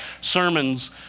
sermons